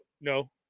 no